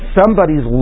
somebody's